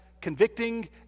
convicting